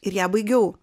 ir ją baigiau